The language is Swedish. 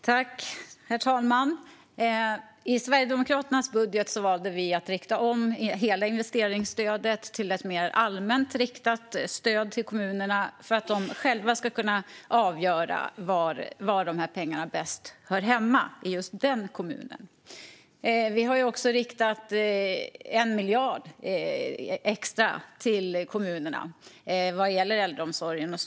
Herr talman! I Sverigedemokraternas budget valde vi att göra om hela investeringsstödet till ett mer allmänt riktat stöd till kommunerna för att de själva ska kunna avgöra var pengarna bäst hör hemma i just den egna kommunen. Vi har också i vår budget riktat 1 miljard extra till kommunerna vad gäller äldreomsorgen.